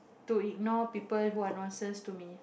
to ignore people who are nonsense to me